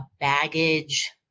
baggage